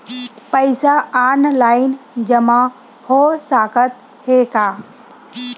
पईसा ऑनलाइन जमा हो साकत हे का?